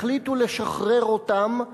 החליטו לשחרר אותם לרחובות,